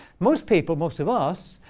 most people, most of us,